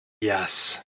Yes